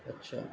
اچھا